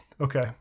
Okay